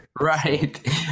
right